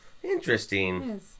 Interesting